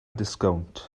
disgownt